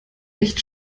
echt